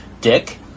Dick